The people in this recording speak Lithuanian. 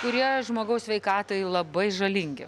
kurie žmogaus sveikatai labai žalingi